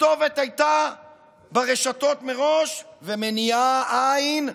הכתובת הייתה ברשתות מראש, ומניעה אין,